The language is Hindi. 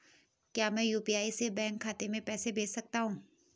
क्या मैं यु.पी.आई से बैंक खाते में पैसे भेज सकता हूँ?